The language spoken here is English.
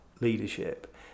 leadership